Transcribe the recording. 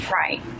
Right